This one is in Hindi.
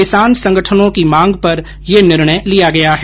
किसान संगठनों की मांग पर यह निर्णय लिया गया है